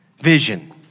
Vision